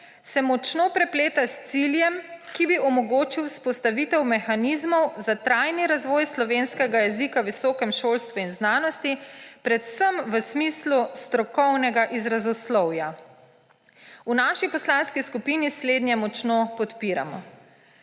se močno prepleta s ciljem, ki bi omogočil vzpostavitev mehanizmov za trajni razvoj slovenskega jezika v visokem šolstvu in znanosti, predvsem v smislu strokovnega izrazoslovja. V naši poslanski skupini slednje močno podpiramo.